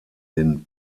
den